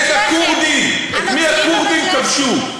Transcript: נגד הכורדים, את מי הכורדים כבשו?